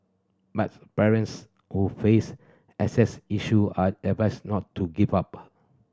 but parents who face access issue are advised not to give up